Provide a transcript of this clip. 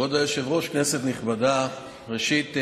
כבוד היושב-ראש, כנסת נכבדה, ראשית,